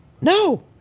No